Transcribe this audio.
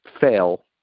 fail